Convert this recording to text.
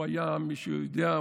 מי שיודע,